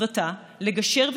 מטרתה לגשר,